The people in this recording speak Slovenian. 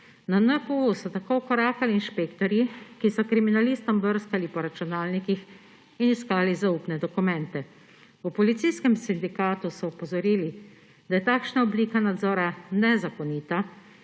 Na NPU so tako vkorakali inšpektorji, ki so kriminalistom brskali po računalnikih in iskali zaupne dokumente. V policijskem sindikatu so opozorili, da je takšna oblika nadzora nezakonita